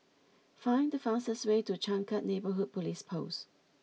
find the fastest way to Changkat Neighbourhood Police Post